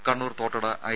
Kannur Thottada I